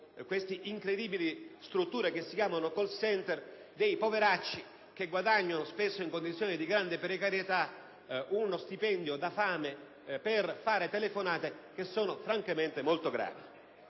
queste incredibili strutture che si chiamano *call center* e che guadagnano, spesso in condizioni di grande precarietà, uno stipendio da fame per fare telefonate che sono francamente molto gravi.